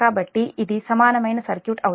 కాబట్టిఇది సమానమైన సర్క్యూట్ అవుతుంది